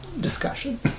discussion